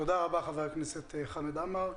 תודה רבה ח"כ חמד עמאר.